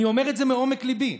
אני אומר את זה מעומק ליבי,